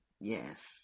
Yes